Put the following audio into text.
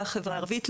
לחברה הערבית,